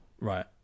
right